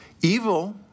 Evil